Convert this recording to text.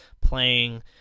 playing